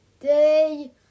Day